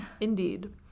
Indeed